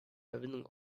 verbindung